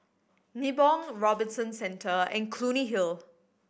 Nibong Robinson Centre and Clunny Hill